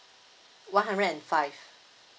one hundred and five